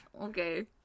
okay